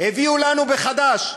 הביאו לנו מחדש.